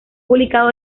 publicado